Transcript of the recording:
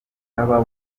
ataba